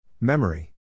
Memory